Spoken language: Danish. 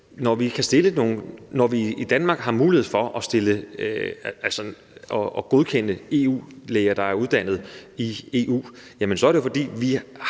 Når vi i Danmark har mulighed for at godkende læger, der er uddannet i EU, så er det, fordi